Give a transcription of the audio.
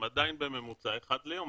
הם עדין בממוצע אחד ליום.